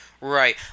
Right